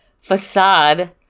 facade